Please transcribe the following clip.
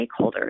stakeholders